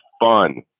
fun